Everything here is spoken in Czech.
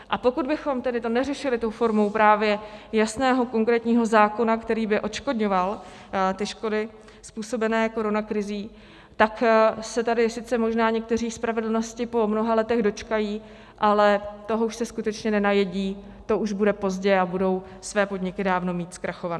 A pokud bychom to neřešili formou právě jasného konkrétního zákona, který by odškodňoval ty škody způsobené koronakrizí, tak se tady sice možná někteří spravedlnosti po mnoha letech dočkají, ale toho už se skutečně nenajedí, to už bude pozdě a budou své podniky dávno mít zkrachované.